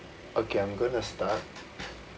okay I am going to start